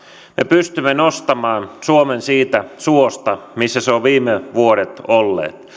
pystymme nostamaan suomen siitä suosta missä se on viime vuodet ollut